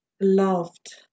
loved